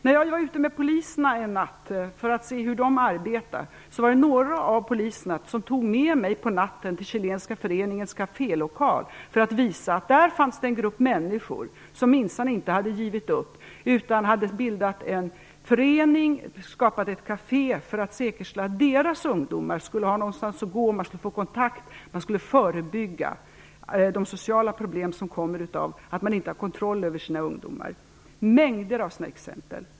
När jag var ute med polisen en natt för att se hur de arbetar var det några av poliserna som tog med mig till Chilenska föreningens kafélokal för att visa att det där fanns en grupp människor som minsann inte hade givit upp. De hade bildat en förening och skapat ett kafé för att säkerställa att deras ungdomar skulle ha någonstans att gå. Man skulle få kontakt och förebygga de sociala problem som kommer av att man inte har kontroll över sina ungdomar. Det finns mängder av sådana exempel.